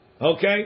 Okay